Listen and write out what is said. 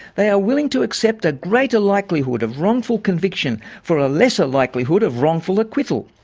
they are willing to accept a greater likelihood of wrongful conviction for a lesser likelihood of wrongful acquittal,